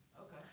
Okay